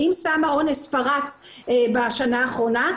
ואם סם האונס פרץ בשנה האחרונה,